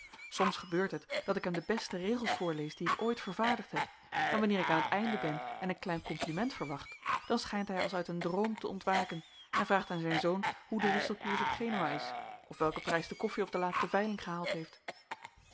soms gebeurt het dat ik hem de beste regels voorlees die ik ooit vervaardigd heb en wanneer ik aan het einde ben en een klein compliment verwacht dan schijnt hij ais uit een droom te ontwaken en vraagt aan zijn zoon hoe de wisselkoers op genua is of welken prijs de koffie op de laatste veiling gehaald heeft